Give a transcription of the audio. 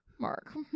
mark